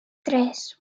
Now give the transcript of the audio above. tres